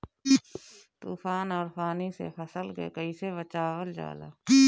तुफान और पानी से फसल के कईसे बचावल जाला?